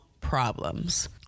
problems